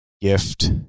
gift